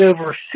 over